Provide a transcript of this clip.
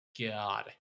God